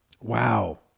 Wow